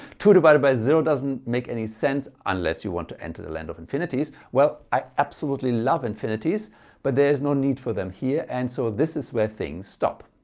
two divided by zero doesn't make any sense unless you want to enter the land of infinities. well i absolutely love infinities but there is no need for them here and so this is where things stop.